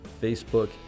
Facebook